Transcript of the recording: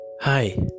Hi